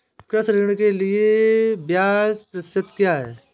कृषि ऋण के लिए ब्याज प्रतिशत क्या है?